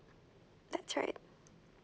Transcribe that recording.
that's right